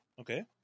Okay